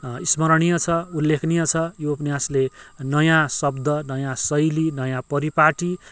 स्मरणीय छ उल्लेखनीय छ यो उपन्यासले नयाँ शब्द नयाँ शैली नयाँ परिपाटी